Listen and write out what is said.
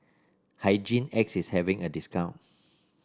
Hygin X is having a discount